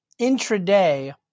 intraday